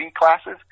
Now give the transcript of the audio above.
classes